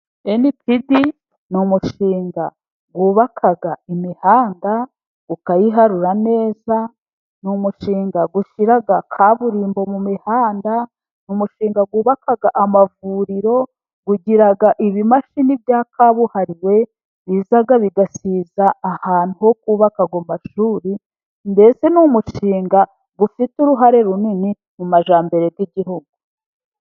Enipidi ni umushinga wubaka imihanda ukayiharura neza, ni umushinga ushyira kaburimbo mu mihanda, ni umushinga wubaka amavuriro. Ugira ibimashini bya kabuhariwe biza bigasiza ahantu ho kubaka ayo mashuri, mbese ni umushinga ufite uruhare runini mu majyambere y'igihugu.